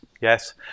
yes